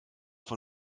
von